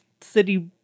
city